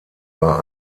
war